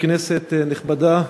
כנסת נכבדה,